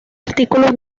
artículos